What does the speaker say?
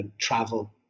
travel